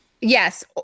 Yes